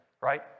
right